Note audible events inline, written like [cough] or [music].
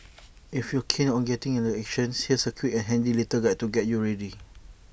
[noise] if you're keen on getting in on the action here's A quick and handy little guide to get you ready